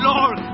Lord